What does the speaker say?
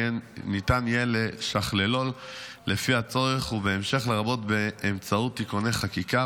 ניתן יהיה לשכללו לפי הצורך בהמשך לרבות באמצעות תיקוני חקיקה.